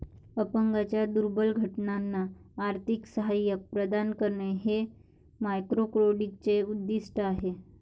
अपंगांच्या दुर्बल घटकांना आर्थिक सहाय्य प्रदान करणे हे मायक्रोक्रेडिटचे उद्दिष्ट आहे